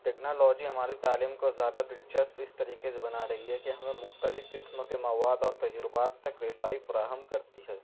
technology ہماری تعلیم کو زیادہ دلچسپ اس طریقے سے بنا رہی ہے کہ ہمیں مختلف قسم کے مواد اور تجربات تک رسائی فراہم کرتی ہے